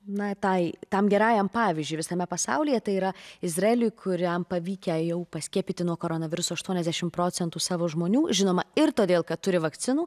na tai tam gerajam pavyzdžiui visame pasaulyje tai yra izraeliui kuriam pavykę jau paskiepyti nuo koronaviruso aštuoniasdešimt procentų savo žmonių žinoma ir todėl kad turi vakcinų